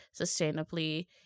sustainably